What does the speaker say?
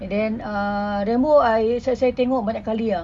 and then uh rambo I saya saya tengok banyak kali ah